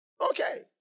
Okay